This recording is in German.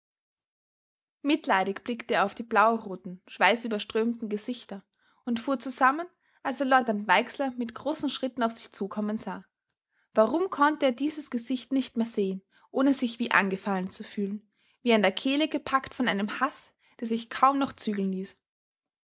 mitleidig blickte er auf die blauroten schweißüberströmten gesichter und fuhr zusammen als er leutnant weixler mit großen schritten auf sich zukommen sah warum konnte er dieses gesicht nicht mehr sehen ohne sich wie angefallen zu fühlen wie an der kehle gepackt von einem haß der sich kaum noch zügeln ließ